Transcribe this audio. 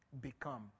become